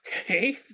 okay